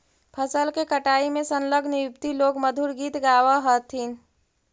फसल के कटाई में संलग्न युवति लोग मधुर गीत गावऽ हथिन